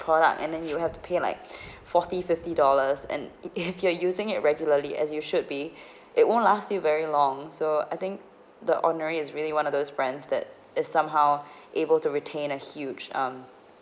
product and then you have to pay like forty fifty dollars and if you're using it regularly as you should be it won't last you very long so I think the ordinary is really one of those brands that is somehow able to retain a huge um